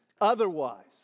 otherwise